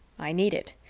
i need it,